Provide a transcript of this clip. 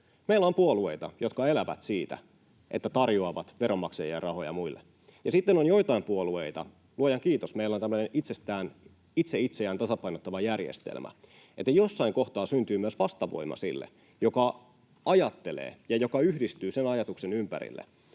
Meillä on puolueita, jotka elävät siitä, että tarjoavat veronmaksajien rahoja muille. Ja sitten on joitain puolueita — luojan kiitos, meillä on tämmöinen itse itseään tasapainottava järjestelmä, että jossain kohtaa syntyy myös vastavoima — jotka ajattelevat ja jotka yhdistyvät sen ajatuksen ympärille,